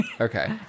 Okay